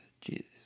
Jesus